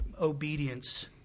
obedience